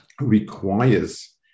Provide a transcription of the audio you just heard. requires